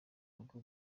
rugo